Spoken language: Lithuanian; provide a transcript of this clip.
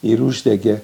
ir uždegė